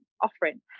offering